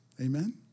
Amen